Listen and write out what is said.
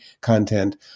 content